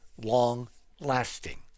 long-lasting